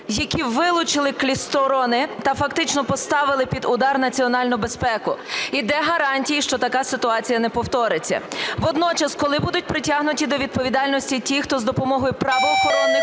які вилучили клістрони та фактично поставили під удар національну безпеку? І де гарантії, що така ситуація не повториться? Водночас, коли будуть притягнуті до відповідальності ті, хто з допомогою правоохоронних